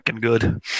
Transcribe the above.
good